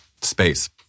space